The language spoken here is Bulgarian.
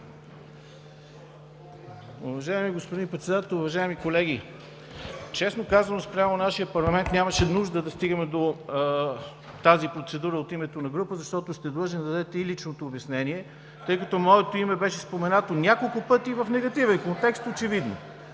Уважаеми господин Председател, уважаеми колеги! Честно казано, спрямо нашия парламент нямаше нужда да стигаме до тази процедура от името на група, защото сте длъжен да дадете и личното обяснение, тъй като моето име беше споменато няколко пъти в негативен контекст очевидно.